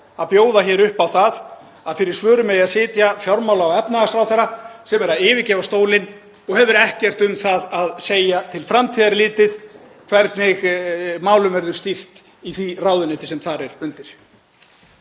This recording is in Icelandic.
að bjóða upp á það að fyrir svörum eigi að sitja fjármála- og efnahagsráðherra sem er að yfirgefa stólinn og hefur ekkert um það að segja til framtíðar litið hvernig málum verður stýrt í því ráðuneyti sem þar er undir.